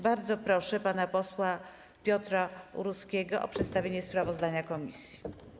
Bardzo proszę pana posła Piotra Uruskiego o przedstawienie sprawozdania komisji.